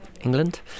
England